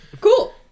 cool